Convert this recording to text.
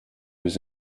was